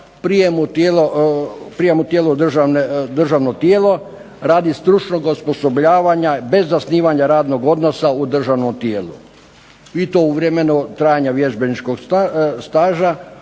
prijem u državno tijelo radi stručnog osposobljavanja bez zasnivanja radnog odnosa u državnom tijelu i tu u vremenu trajanja vježbeničkog staža